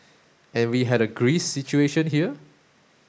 and we had a Greece situation here